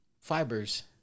fibers